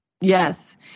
Yes